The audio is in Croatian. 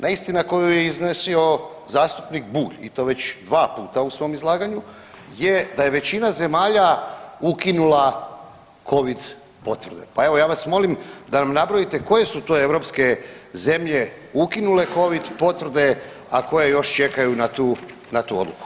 Neistina koju je iznosio zastupnik Bulj i to već 2 puta u svom izlaganju je da je većina zemalja ukinula Covid potvrde, pa evo ja vas molim da nam nabrojite koje su to europske zemlje ukinule Covid potvrde, a koje još čekaju na tu, na tu odluku.